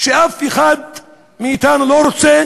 ואף אחד מאתנו לא רוצה